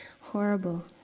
horrible